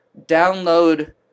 download